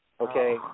Okay